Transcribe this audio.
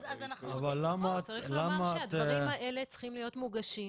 צריך לומר שהדברים האלה צריכים להיות מוגשים